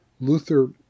Luther